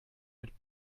mit